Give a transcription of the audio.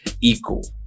equal